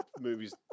movies